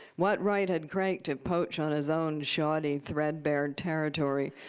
what right had crake to poach on his own shoddy, threadbare territory?